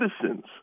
citizens